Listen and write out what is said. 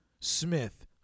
Smith